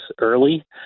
early